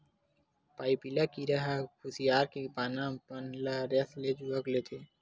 पाइपिला कीरा ह खुसियार के पाना मन ले रस ल चूंहक लेथे